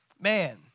man